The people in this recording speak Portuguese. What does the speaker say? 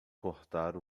cortar